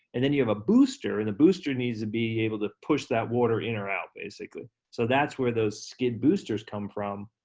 and then you have a booster, and the booster needs to be able to push that water in or out basically. so that's where those skid boosters come from,